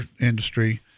industry